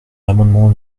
l’amendement